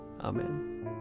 Amen